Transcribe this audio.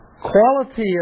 quality